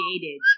created